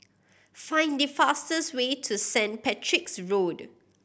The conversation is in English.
find the fastest way to Saint Patrick's Road